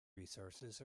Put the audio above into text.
resources